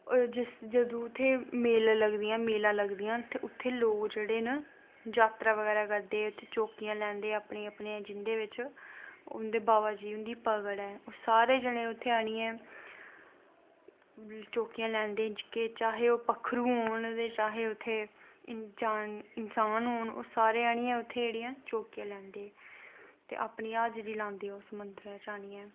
जदूं उत्थें मेलां लगदियां न ते उत्थें लोग जेह्ड़े न जात्तरां बगैरा लैंदे चौक्कियां लैंदे जिंदे बिच्च बाबा जू होंदी पकड़ ऐ सारे उत्थें आनियै चौकियां लैंदे चाहे ओह् पक्खरू होर ते चाहे इंसान होन ओह् सारे आनियै जेह्के उत्थें चौकियां लैंदे ते अपनी हाजरी लांदे उस मन्दरै च आनियै